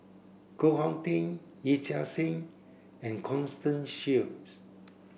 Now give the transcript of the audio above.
Koh Hong Teng Yee Chia Hsing and Constance Sheares